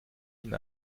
ihnen